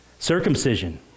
Circumcision